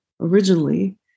originally